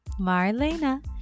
marlena